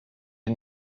est